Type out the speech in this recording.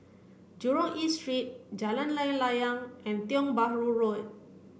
Jurong East Street Jalan Layang Layang and Tiong Bahru Road